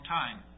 time